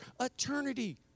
eternity